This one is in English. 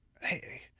Hey